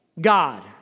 God